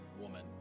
woman